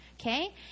Okay